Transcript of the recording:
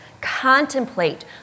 contemplate